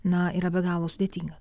na yra be galo sudėtinga